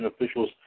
officials